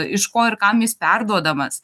iš ko ir kam jis perduodamas